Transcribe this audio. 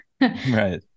Right